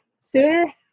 sooner